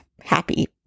happy